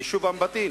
ביישוב אום-בטין,